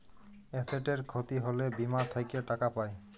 এসেটের খ্যতি হ্যলে বীমা থ্যাকে টাকা পাই